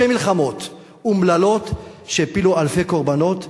שתי מלחמות אומללות שהפילו אלפי קורבנות.